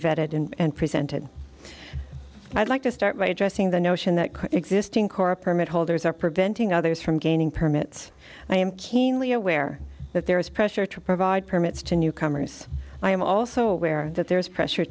d and presented i'd like to start by addressing the notion that existing kora permit holders are preventing others from gaining permits i am keenly aware that there is pressure to provide permits to new comers i am also aware that there is pressure